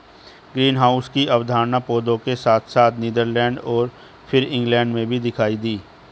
greenhouse की अवधारणा पौधों के साथ साथ नीदरलैंड और फिर इंग्लैंड में भी दिखाई दी